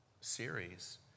series